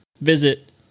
visit